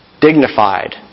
dignified